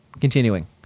Continuing